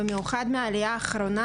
במיוחד מהעלייה האחרונה,